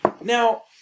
Now